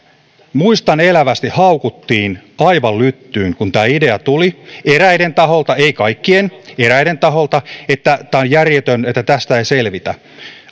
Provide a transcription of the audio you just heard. muistan elävästi haukuttiin aivan lyttyyn kun tämä idea tuli eräiden taholta ei kaikkien eräiden taholta että tämä on järjetön ja että tästä ei selvitä